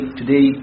today